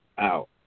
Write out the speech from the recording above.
out